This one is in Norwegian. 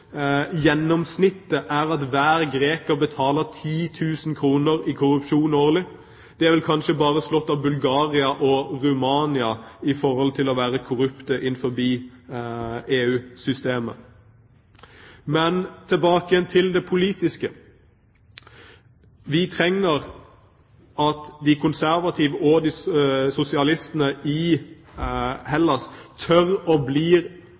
hver greker 10 000 kr i korrupsjon årlig. De er vel kanskje bare slått av Bulgaria og Romania når det gjelder å være korrupte innenfor EU-systemet. Tilbake til det politiske. Vi trenger at de konservative og sosialistene i Hellas tør